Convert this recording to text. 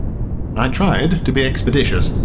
i tried to be expeditious,